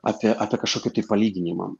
apie apie kažkokį tai palyginimą